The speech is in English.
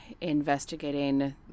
investigating